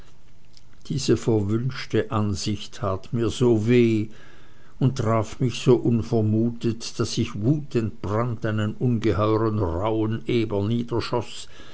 diese verwünschte ansicht tat mir so weh und traf mich so unvermutet daß ich wutentbrannt einen ungeheuren rauhen eber